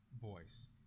voice